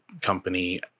company